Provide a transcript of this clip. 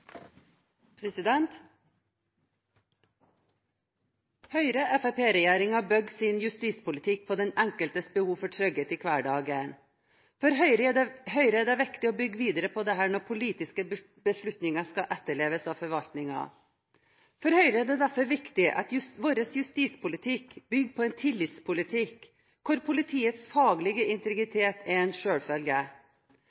bur. Høyre–Fremskrittsparti-regjeringen bygger sin justispolitikk på den enkeltes behov for trygghet i hverdagen. For Høyre er det viktig å bygge videre på dette når politiske beslutninger skal etterleves av forvaltningen. For Høyre er det derfor viktig at vår justispolitikk bygger på en tillitspolitikk hvor politiets faglige